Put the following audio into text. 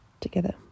together